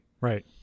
Right